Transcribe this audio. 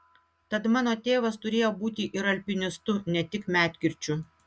tad mano tėvas turėjo būti ir alpinistu ne tik medkirčiu